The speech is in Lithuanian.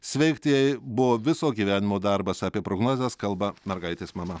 sveikti jai buvo viso gyvenimo darbas apie prognozes kalba mergaitės mama